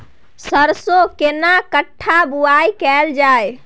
सरसो केना कट्ठा बुआई कैल जाय?